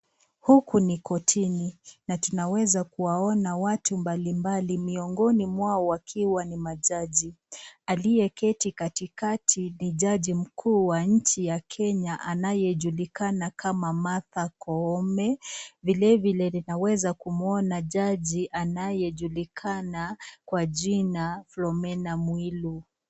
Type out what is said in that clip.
Huku ni kotini na tunaweza kuwaona watu mbalimbali miongoni mwao wakiwa ni majaji. Aliyeketi katikati ni jaji mkuu wa nchi ya Kenya, anayejulikana kama Martha Koome. Vilevile ninaweza kumuona jaji anayejulikana kwa jina Philomena Mwilu.